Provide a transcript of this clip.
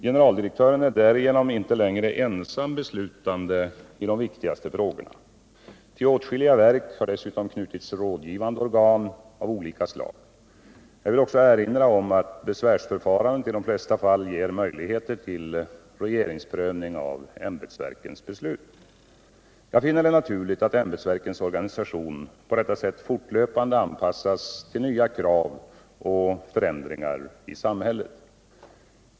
Generaldirektören är därigenom inte längre ensam beslutande i de viktigaste frågorna. Till åtskilliga verk har dessutom knutits rådgivande organ av olika slag. Jag vill också erinra om att besvärsförfarandet i de flesta fall ger möjligheter till regeringsprövning av ämbetsverkens beslut. Jag finner det naturligt att ämbetsverkens organisation på detta sätt fortlöpande anpassas till nya krav och förändringar i samhället.